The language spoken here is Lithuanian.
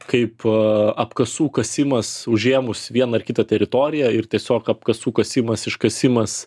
kaipo apkasų kasimas užėmus vieną ar kitą teritoriją ir tiesiog apkasų kasimas iškasimas